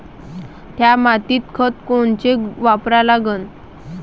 थ्या मातीत खतं कोनचे वापरा लागन?